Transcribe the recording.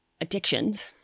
addictions